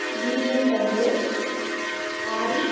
BMW Audi